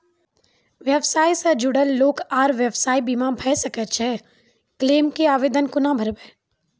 व्यवसाय सॅ जुड़ल लोक आर व्यवसायक बीमा भऽ सकैत छै? क्लेमक आवेदन कुना करवै?